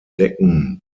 decken